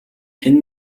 хэн